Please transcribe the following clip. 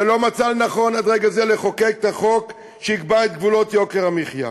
שלא מצאה לנכון עד רגע זה לחוקק את החוק שיקבע את גבולות יוקר המחיה.